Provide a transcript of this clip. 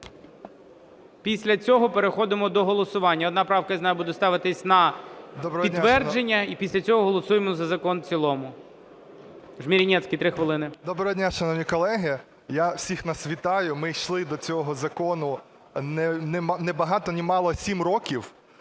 Після цього переходимо до голосування. Одна правка, я знаю, буде ставитись на підтвердження, і після цього голосуємо за закон в цілому. Жмеренецький, 3 хвилини. 11:25:50 ЖМЕРЕНЕЦЬКИЙ О.С. Доброго дня, шановні колеги. Я всіх нас вітаю! Ми йшли до цього закону небагато-немало – 7 років.